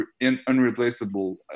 unreplaceable